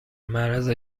معرض